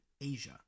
Asia